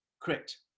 Correct